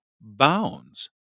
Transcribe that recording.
bounds